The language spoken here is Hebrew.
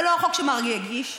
זה לא החוק שמרגי הגיש,